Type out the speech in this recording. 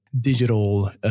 digital